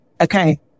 okay